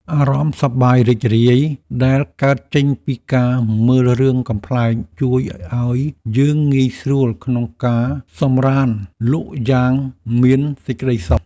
អារម្មណ៍សប្បាយរីករាយដែលកើតចេញពីការមើលរឿងកំប្លែងជួយឱ្យយើងងាយស្រួលក្នុងការសម្រានលក់យ៉ាងមានសេចក្តីសុខ។